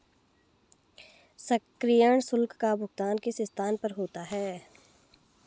सक्रियण शुल्क का भुगतान किस स्थान पर होता है?